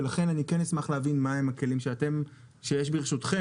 ולכן אני כן אשמח להבין מה הם הכלים שיש ברשותכם